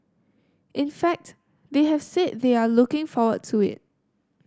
in fact they have said they are looking forward to it